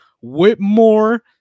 Whitmore